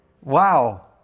Wow